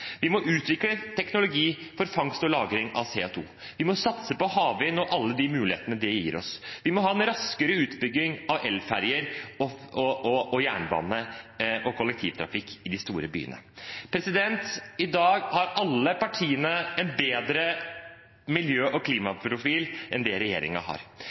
Vi må utvikle teknologi for fangst og lagring av CO 2 . Vi må satse på havvind og alle mulighetene det gir oss. Vi må ha en raskere utbygging av elferjer og jernbane og av kollektivtrafikk i de store byene. I dag har alle partiene en bedre miljø- og klimaprofil enn det regjeringen har.